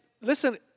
listen